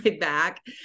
back